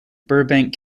burbank